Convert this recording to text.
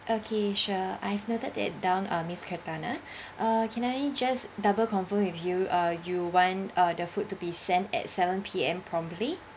okay sure I've noted that down uh miss cathana uh can I just double confirm with you uh you want uh the food to be sent at seven P_M promptly